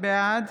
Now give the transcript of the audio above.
בעד